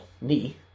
knee